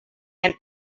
and